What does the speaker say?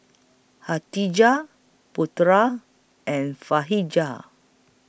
Khatijah Putra and